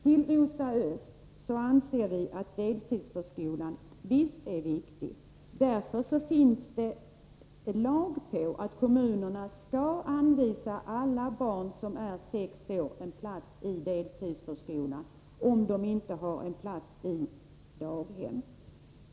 Till Rosa Östh vill jag säga att vi visst anser att deltidsförskolan är viktig. Därför finns det lag på att kommunerna skall anvisa alla barn som är sex år en plats i deltidsförskola, om de inte har plats i daghem.